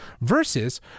versus